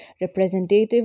representative